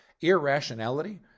irrationality